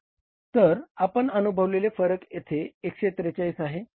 तर आपण अनुभवलेले फरक येथे 143 आहे